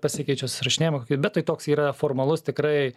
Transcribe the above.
pasikeičia susirašinėjimu bet tai toks yra formalus tikrai